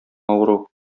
авыру